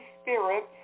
spirits